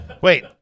Wait